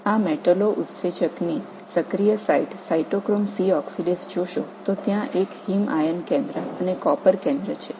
இந்த மெட்டலோஎன்சைம்களின் செயலில் உள்ள தளத்தைப் பார்த்தால் சைட்டோக்ரோம் C ஆக்ஸிடேஸ் நிச்சயமாக ஒரு ஹீம் இரும்பு மையம் மற்றும் ஒரு காப்பர் மையம் உள்ளது